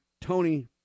Tony